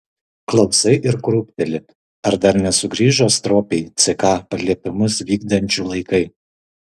klausai ir krūpteli ar dar nesugrįžo stropiai ck paliepimus vykdančių laikai